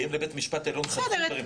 כי הם בבית המשפט העליון חתכו דברים,